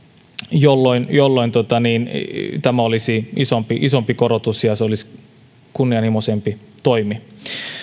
jolloin tämä olisi isompi isompi korotus ja kunnianhimoisempi toimi